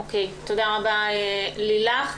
תודה רבה, לילך.